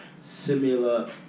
similar